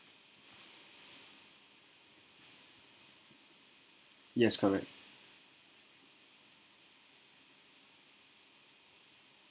yes correct